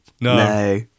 No